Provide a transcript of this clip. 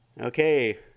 okay